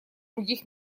других